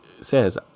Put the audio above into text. says